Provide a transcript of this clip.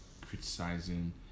criticizing